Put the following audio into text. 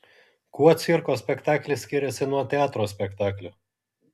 kuo cirko spektaklis skiriasi nuo teatro spektaklio